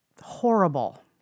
horrible